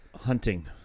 hunting